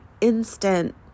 instant